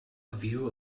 view